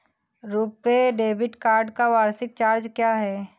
RuPay debit card का वार्षिक charge क्या है?